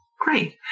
great